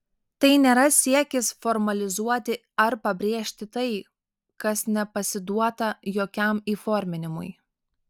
tai nėra siekis formalizuoti ar apibrėžti tai kas nepasiduota jokiam įforminimui